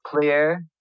clear